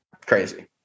Crazy